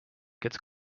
gets